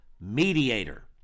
mediator